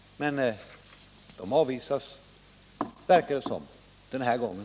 Men ni avvisar dem — den här gången liksom alla andra gånger.